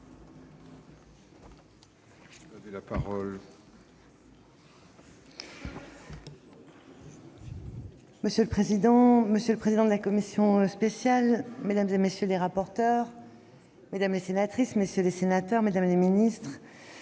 Monsieur le président, monsieur le président de la commission spéciale, mesdames, messieurs les rapporteurs, mesdames les sénatrices, messieurs les sénateurs, le débat qui s'ouvre